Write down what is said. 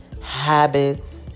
habits